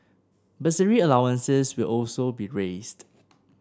bursary allowances will also be raised